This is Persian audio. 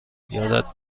یادت